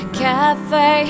cafe